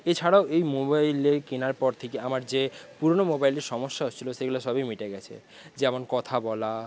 এছাড়াও এই মোবাইলে কেনার পর থেকে আমার যে পুরোনো মোবাইলের সমস্যা হচ্ছিল সেইগুলো সবই মিটে গেছে যেমন কথা বলা